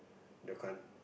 the come